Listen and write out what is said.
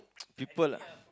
people ah